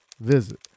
Visit